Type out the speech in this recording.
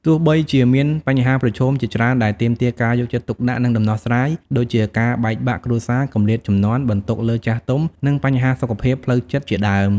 ទោះបីជាមានបញ្ហាប្រឈមជាច្រើនដែលទាមទារការយកចិត្តទុកដាក់ និងដំណោះស្រាយ ដូចជាការបែកបាក់គ្រួសារ គម្លាតជំនាន់ បន្ទុកលើចាស់ទុំ និងបញ្ហាសុខភាពផ្លូវចិត្តជាដើម។